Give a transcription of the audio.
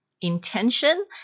Intention